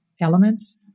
elements